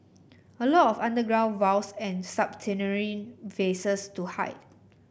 a lot of underground vaults and subterranean faces to hide